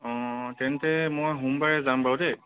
অঁ তেন্তে মই সোমবাৰে যাম বাৰু দেই